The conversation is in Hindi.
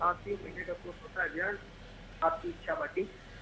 आखरी महीने का जो होता है भैया आपकी इच्छा बाकी